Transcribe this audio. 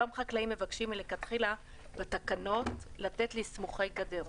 אותם חקלאים מבקשים מלכתחילה בתקנות לתת לסמוכי גדר.